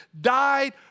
died